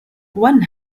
one